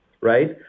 right